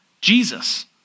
Jesus